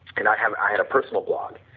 could not have, i had a personal blog,